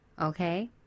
okay